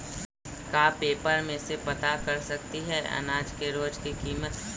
का पेपर में से पता कर सकती है अनाज के रोज के किमत?